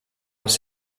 les